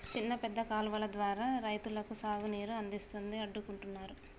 చిన్న పెద్ద కాలువలు ద్వారా రైతులకు సాగు నీరు అందిస్తూ అడ్డుకుంటున్నారు